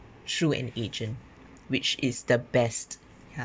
through an agent which is the best ya